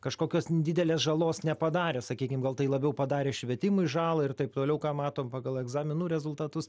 kažkokios didelės žalos nepadarė sakykim gal tai labiau padarė švietimui žalą ir taip toliau ką matom pagal egzaminų rezultatus